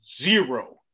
zero